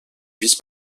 vice